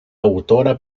autora